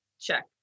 Check